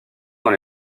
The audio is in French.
dans